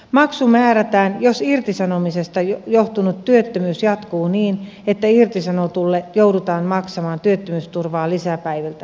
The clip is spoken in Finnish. maksu määrätään jos irtisanomisesta johtunut työttömyys jatkuu niin että irtisanotulle joudutaan maksamaan työttömyysturvaa lisäpäiviltä